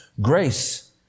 grace